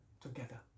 together